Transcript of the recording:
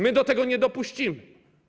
My do tego nie dopuścimy.